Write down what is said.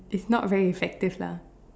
is not very effective lah